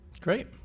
Great